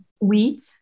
wheat